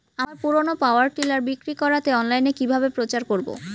আমার পুরনো power tiller বিক্রি করাতে অনলাইনে কিভাবে প্রচার করব?